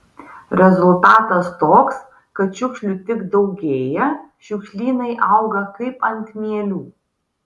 rezultatas toks kad šiukšlių tik daugėja šiukšlynai auga kaip ant mielių